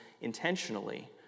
intentionally